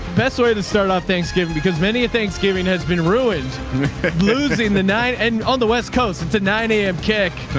best way to start off thanksgiving because many thanksgiving has been ruined losing the night and on the west coast. it's a nine zero am kick.